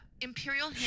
Imperial